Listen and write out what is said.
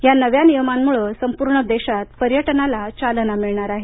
या नव्या नियमांमुळे संपूर्ण देशात पर्यटनाला चालना मिळणार आहे